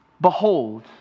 behold